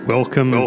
Welcome